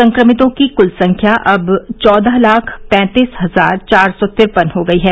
संक्रमितों की कुल संख्या अब चौदह लाख पैंतीस हजार चार सौ तिरपन हो गई है